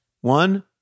One